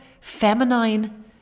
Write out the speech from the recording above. feminine